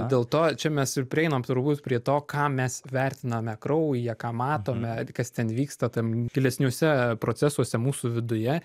dėl to čia mes ir prieinam turbūt prie to ką mes vertiname kraujyje ką matome kas ten vyksta tam gilesniuose procesuose mūsų viduje